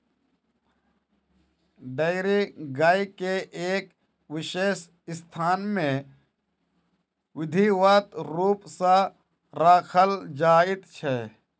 dairy गाय के एक विशेष स्थान मे विधिवत रूप सॅ राखल जाइत छै